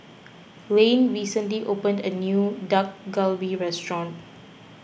Layne recently opened a new Dak Galbi restaurant